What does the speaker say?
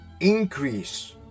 increase